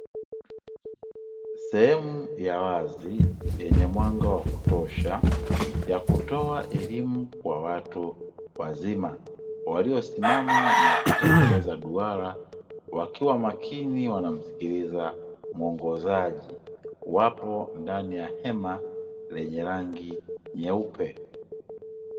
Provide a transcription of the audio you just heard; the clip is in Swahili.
Sehemu ya wazi yenye mwanga wa kutosha ya kutoa elimu kwa watu wazima, waliosimama na kutengeneza duara, wakiwa makini wanamsikiliza mwongozaji, wapo ndani ya hema lenye rangi nyeupe.